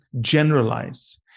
generalize